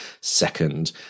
second